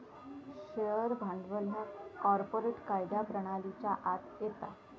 share भांडवल ह्या corporate कायदा प्रणालीच्या आत येता